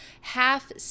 half